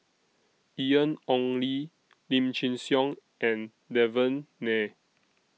Ian Ong Li Lim Chin Siong and Devan Nair